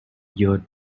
year